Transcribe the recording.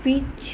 ਵਿੱਚ